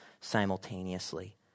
simultaneously